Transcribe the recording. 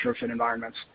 environments